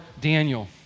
Daniel